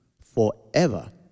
forever